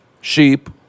sheep